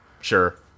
Sure